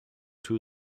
two